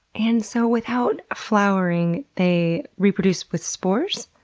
and so without flowering, they reproduce with spores?